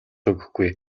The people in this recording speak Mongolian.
өгөхгүй